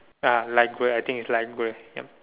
ah light grey I think it's light grey yup